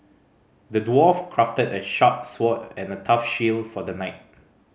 the dwarf crafted a sharp sword and a tough shield for the knight